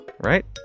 Right